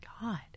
God